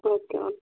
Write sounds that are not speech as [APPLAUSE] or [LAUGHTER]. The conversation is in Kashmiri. [UNINTELLIGIBLE]